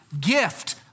gift